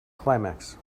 climax